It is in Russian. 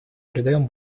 придаем